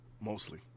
mostly